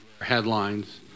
headlines